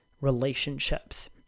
relationships